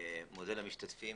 מודה למשתתפים.